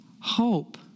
hope